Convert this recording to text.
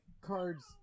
cards